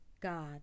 God